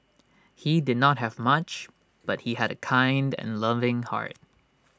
he did not have much but he had A kind and loving heart